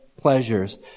pleasures